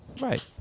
Right